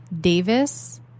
Davis